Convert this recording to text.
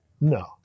No